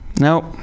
Nope